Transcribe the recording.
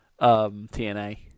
TNA